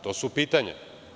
To su pitanja.